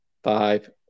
Five